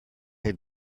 had